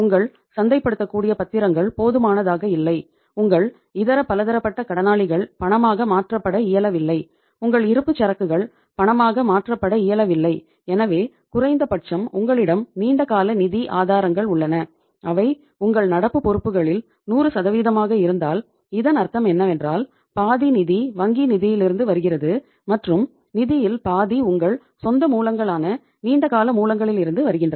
உங்கள் சந்தைப்படுத்தக்கூடிய பத்திரங்கள் போதுமானதாக இல்லை உங்கள் இதர பலதரப்பட்ட கடனாளிகள் பணமாக மாற்றபட இயலவில்லை உங்கள் இருப்புச்சரக்குகள் பணமாக மாற்றபட இயலவில்லை எனவே குறைந்தபட்சம் உங்களிடம் நீண்டகால நிதி ஆதாரங்கள் உள்ளன அவை உங்கள் நடப்பு பொறுப்புகளில் 100 ஆக இருந்தால் இதன் அர்த்தம் என்னவென்றால் பாதி நிதி வங்கி நிதியிலிருந்து வருகிறது மற்றும் நிதியில் பாதி உங்கள் சொந்த மூலங்களான நீண்ட கால மூலங்களிலிருந்து வருகின்றன